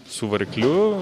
su varikliu